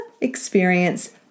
experience